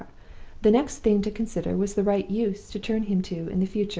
the next thing to consider was the right use to turn him to in the future.